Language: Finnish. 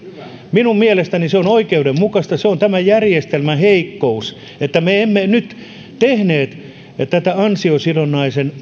minun mielestäni se on oikeudenmukaista se on tämän järjestelmän heikkous että me emme nyt tehneet tätä ansiosidonnaisen